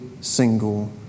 single